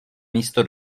místo